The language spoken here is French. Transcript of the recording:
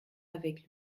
avec